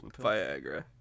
Viagra